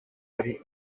ari